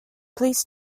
please